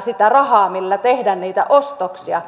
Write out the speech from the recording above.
sitä rahaa millä tehdä niitä ostoksia